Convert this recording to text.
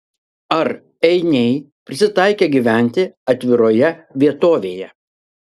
ar einiai prisitaikę gyventi atviroje vietovėje